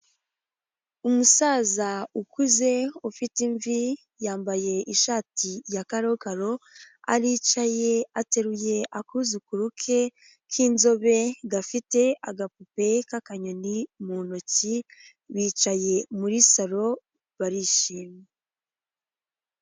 Umusaza ukuze ufite imvi, yambaye ishati ya karokaro, aricaye ateruye akuzukuru ke k'inzobe gafite agapupe k'akanyoni mu ntoki, bicaye muri saro barishimye.